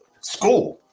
school